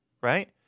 right